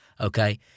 okay